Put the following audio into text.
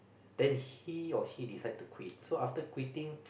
then he or she decide to quit so after quitting